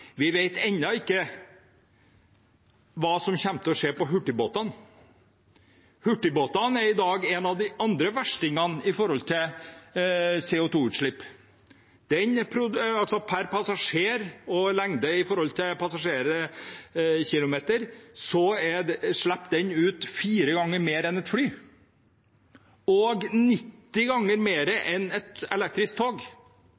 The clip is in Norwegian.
Vi vet jo hva som har skjedd på fergesiden. Vi vet ennå ikke hva som vil skje med hurtigbåtene. Hurtigbåtene er i dag noen av de andre verstingene når det gjelder CO2-utslipp. Per passasjerkilometer slipper hurtigbåtene ut fire ganger mer enn et fly, og 90 ganger